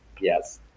Yes